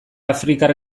afrikar